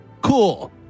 Cool